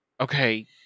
Okay